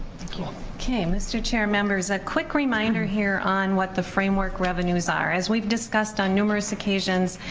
okay mr. chairmembers, a quick reminder here on what the framework revenues are. as we've discussed on numerous occasions,